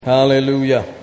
Hallelujah